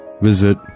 visit